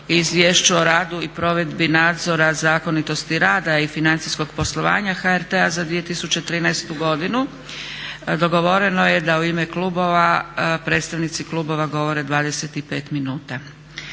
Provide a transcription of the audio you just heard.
Izvješću o radu i provedbi nadzora zakonitosti rada i financijskog poslovanja HRT-a za 2013. godinu. Dogovoreno je da u ime klubova predstavnici klubova govore 25 minuta.